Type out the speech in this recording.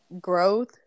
growth